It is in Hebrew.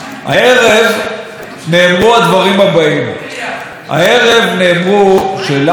הערב נאמרו הדברים הבאים: לארה אל-קאסם לא הייתה פעילת חרם.